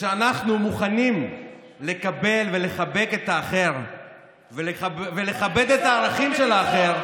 שאנחנו מוכנים לקבל ולחבק את האחר ולכבד את הערכים של האחר,